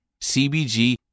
CBG